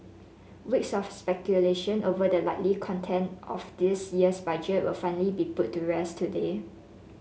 weeks of speculation over the likely content of this year's Budget will finally be put to rest today